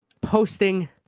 posting